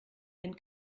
wenn